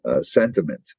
sentiment